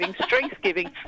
strength-giving